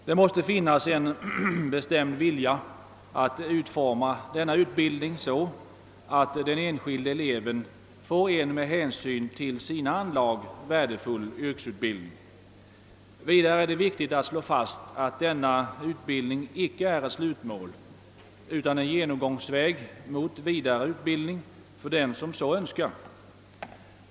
Det måste finnas en bestämd vilja att utforma denna utbildning så, att den enskilde eleven får en med hänsyn till sina anlag värdefull yrkesutbildning. Vidare är det viktigt att slå fast, att denna utbildning icke är ett slutmål utan en genomgångsväg mot vidare utbildning för den som så Önskar.